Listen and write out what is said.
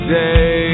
day